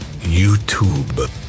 YouTube